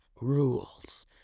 rules